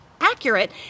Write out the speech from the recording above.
accurate